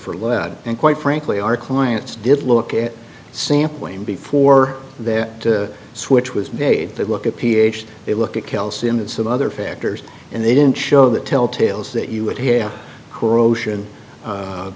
for lead and quite frankly our clients did look at sampling before their switch was made to look at ph they look at calcium and some other factors and they didn't show the telltales that you would hear corrosion